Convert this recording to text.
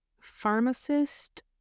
pharmacist